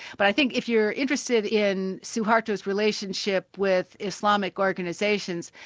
but i think if you're interested in suharto's relationship with islamic organisations,